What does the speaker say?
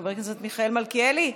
חבר הכנסת מיכאל מלכיאלי,